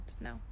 no